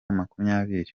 makumyabiri